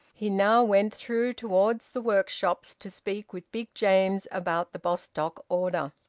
he now went through towards the workshops to speak with big james about the bostock order.